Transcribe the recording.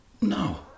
No